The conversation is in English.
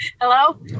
Hello